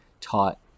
taught